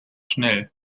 schnell